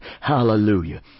Hallelujah